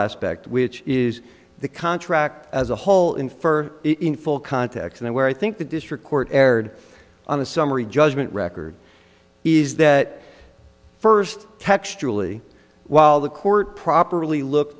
aspect which is the contract as a whole infer in full context and where i think the district court erred on the summary judgment record is that first textually while the court properly look